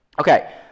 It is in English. Okay